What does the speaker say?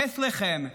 Bethlehem,